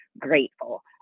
grateful